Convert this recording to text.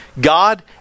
God